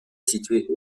située